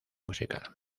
musical